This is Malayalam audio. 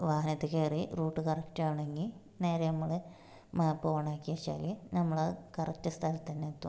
വാഹനത്തിൽ കയറി റൂട്ട് കറക്റ്റ് ആവണമെങ്കിൽ നേരെ നമ്മൾ മാപ്പ് ഓൺ ആക്കി വെച്ചാൽ നമ്മൾ ആ കറക്റ്റ് സ്ഥലത്ത് തന്നെ എത്തും